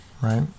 right